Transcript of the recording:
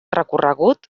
recorregut